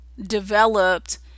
developed